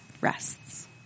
rests